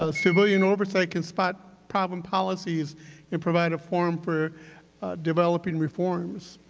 ah civilian oversight can spot problem policies and provide a forum for developing reforms,